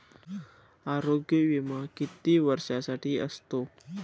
आरोग्य विमा किती वर्षांसाठी असतो?